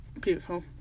Beautiful